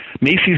Macy's